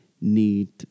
need